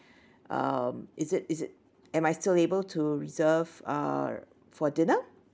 um is it is it am I still able to reserve uh for dinner